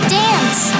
dance